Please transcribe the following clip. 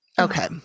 Okay